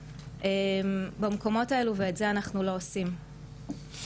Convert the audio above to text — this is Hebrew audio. וגם אחר כך הטיפול והתמיכה בגורמים שאמורים לתת את המענה.